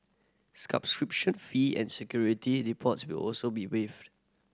fee and security will also be waived